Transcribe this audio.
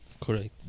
Correct